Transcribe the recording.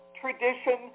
tradition